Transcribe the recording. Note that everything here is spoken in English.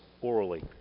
orally